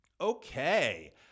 Okay